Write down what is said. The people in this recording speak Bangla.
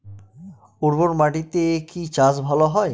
উর্বর মাটিতে কি চাষ ভালো হয়?